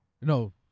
No